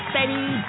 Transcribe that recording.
Betty